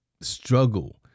struggle